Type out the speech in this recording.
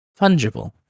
fungible